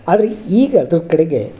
ಆದರೆ ಈಗ ಅದ್ರ ಕಡೆಗೆ